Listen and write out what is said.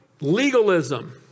legalism